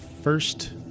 first